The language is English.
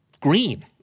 green